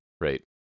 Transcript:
right